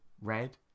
red